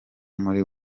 muri